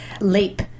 LEAP